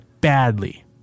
badly